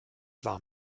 war